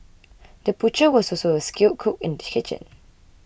the butcher was also a skilled cook in the kitchen